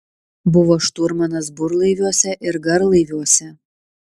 buvo šturmanas burlaiviuose ir garlaiviuose